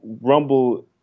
Rumble